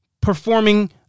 performing